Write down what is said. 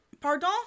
Pardon